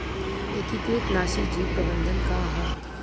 एकीकृत नाशी जीव प्रबंधन का ह?